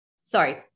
Sorry